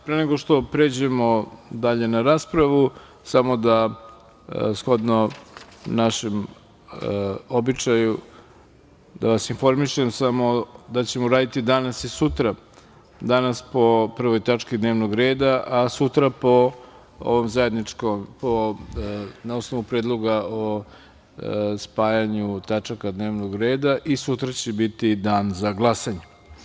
Pre nego što pređemo dalje na raspravu, samo da shodno našem običaju da vas informišem da ćemo raditi danas i sutra, danas po prvoj tački dnevnog reda, a sutra na osnovu predloga o spajanju tačaka dnevnog reda i sutra će biti dan za glasanje.